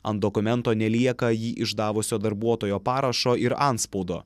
ant dokumento nelieka jį išdavusio darbuotojo parašo ir antspaudo